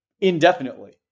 indefinitely